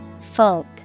Folk